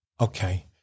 Okay